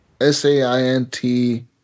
S-A-I-N-T